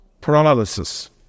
paralysis